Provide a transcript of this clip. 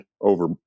over